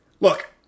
Look